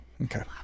Okay